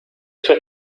sue